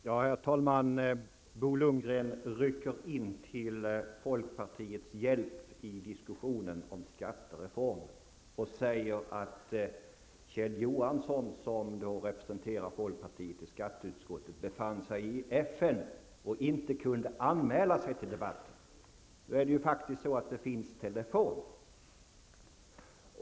Herr talman! Bo Lundgren rycker in till folkpartiets hjälp i diskussionen om skattereformen och säger att Kjell Johansson, som representerar folkpartiet i skatteutskottet, befann sig i FN och inte kunde anmäla sig till debatten. Men det finns faktiskt telefon.